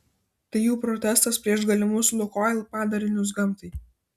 tai jų protestas prieš galimus lukoil padarinius gamtai